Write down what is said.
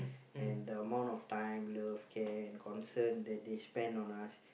and the amount of time love care and concern that they spend on us